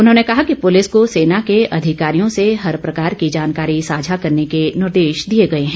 उन्होंने कहा कि प्रलिस को सेना के अधिकारियों से हर प्रकार की जानकारी सांझा करने के निर्देश दिए गए हैं